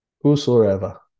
Whosoever